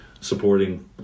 supporting